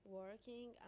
working